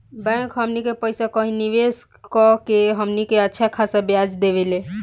bank हमनी के पइसा कही निवेस कऽ के हमनी के अच्छा खासा ब्याज देवेला